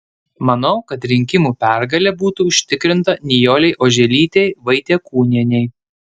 manau kad rinkimų pergalė būtų užtikrinta nijolei oželytei vaitiekūnienei